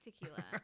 tequila